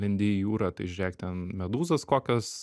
lendi į jūrą tai žiūrėk ten medūzos kokios